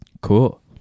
cool